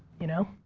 you know?